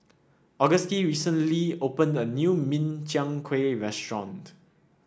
Auguste recently opened a new Min Chiang Kueh restaurant